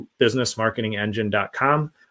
businessmarketingengine.com